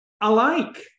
alike